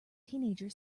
teenager